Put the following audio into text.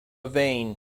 vein